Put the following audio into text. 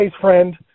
friend